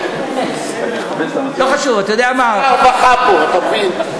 משרד הרווחה פה, אתה מבין.